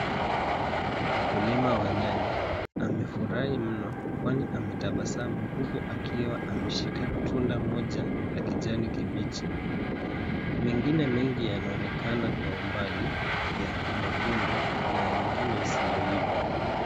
Mkulima wa nyanya, amefurahi mno, kwani ametabasamu huku akiwa ameshika tunda moja la kijani kibichi. Mengine mengi yanaonekana kwa umbali, ya nyekundu na yengine yasiyoiva.